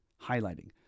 highlighting